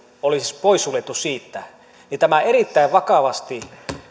olisi suljettu pois siitä niin tämä erittäin vakavasti